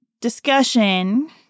discussion